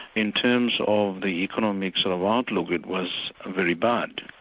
in terms of the economic sort of outlook, it was very bad.